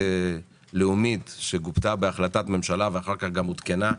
לאומית שגובתה בהחלטת ממשלה ואחר כך גם עודכנה,